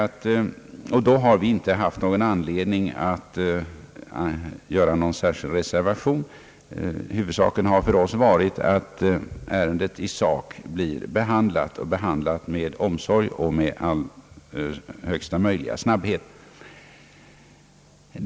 Med hänsyn härtill har vi inte haft anledning att avge någon särskild reservation — huvudsaken har för oss varit att ärendet blir behandlat med omsorg och största möjliga snabbhet.